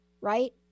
Right